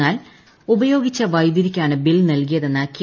എന്നാൽ ഉപയോഗിച്ച വൈദ്യുതിക്കാണ് ബിൽ നൽകിയതെന്ന കെ